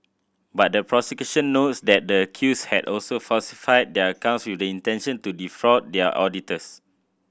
but the prosecution notes that the accused had also falsified their accounts with the intention to defraud their auditors